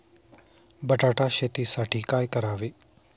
बटाटा शेतीसाठी काय करावे?